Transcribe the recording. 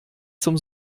zum